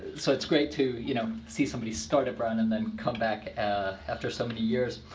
so it's great to you know see somebody start at brown and then come back after so many years.